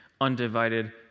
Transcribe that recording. undivided